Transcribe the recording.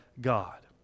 God